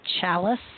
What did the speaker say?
chalice